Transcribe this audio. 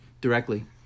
Directly